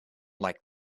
like